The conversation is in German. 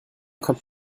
kommt